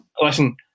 listen